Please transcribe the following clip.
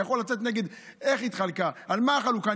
אני יכול לצאת נגד איך שזה התחלק, על מה החלוקה.